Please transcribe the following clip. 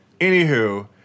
Anywho